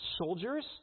soldiers